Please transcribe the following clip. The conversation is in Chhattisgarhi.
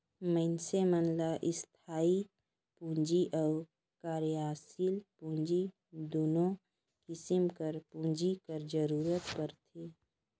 मइनसे मन ल इस्थाई पूंजी अउ कारयसील पूंजी दुनो किसिम कर पूंजी कर जरूरत परथे